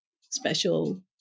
special